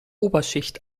oberschicht